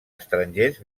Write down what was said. estrangers